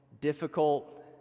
difficult